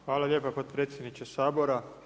Hvala lijepa potpredsjedniče Sabora.